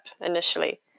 initially